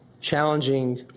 challenging